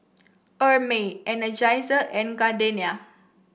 Hermes Energizer and Gardenia